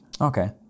okay